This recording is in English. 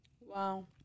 wow